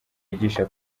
yigisha